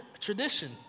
tradition